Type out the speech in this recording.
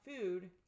food